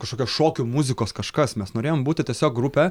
kažkokios šokių muzikos kažkas mes norėjom būti tiesiog grupė